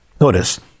Notice